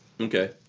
Okay